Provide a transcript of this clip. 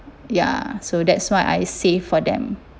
ya so that's why I save for them